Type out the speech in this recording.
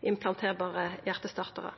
implanterbare hjartestartarar?